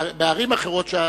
בערים אחרות,